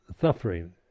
Suffering